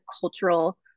cultural